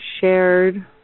shared